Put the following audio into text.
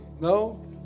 No